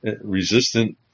resistant